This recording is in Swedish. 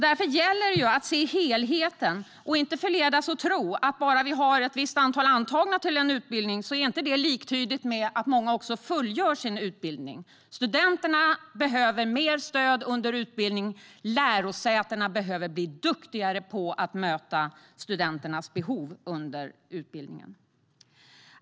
Det gäller därför att se helheten och inte förledas att tro att antalet antagna till en utbildning är liktydigt med att lika många fullgör sin utbildning. Studenterna behöver mer stöd under utbildningen, och lärosätena behöver bli duktigare på att möta studenternas behov under utbildningen.